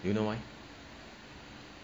you know why